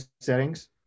settings